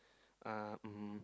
uh um